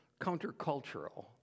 countercultural